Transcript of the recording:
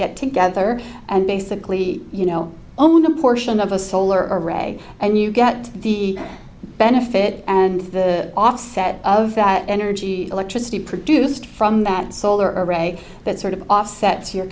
get together and basically you know own a portion of a solar array and you get the benefit and the offset of that energy electricity produced from that solar array that sort of offsets your